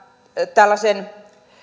tällaisen